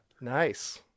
Nice